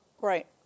Right